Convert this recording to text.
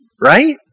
right